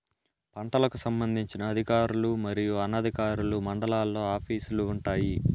పంటలకు సంబంధించిన అధికారులు మరియు అనధికారులు మండలాల్లో ఆఫీస్ లు వుంటాయి?